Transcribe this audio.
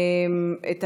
מס'